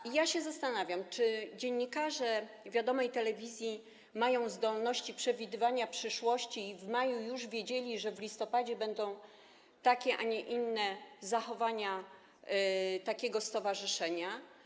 I ja się zastanawiam, czy dziennikarze wiadomej telewizji mają zdolności przewidywania przyszłości i w maju już wiedzieli, że w listopadzie będą takie a nie inne zachowania takiego stowarzyszenia.